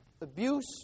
abuse